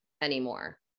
anymore